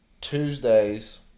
Tuesdays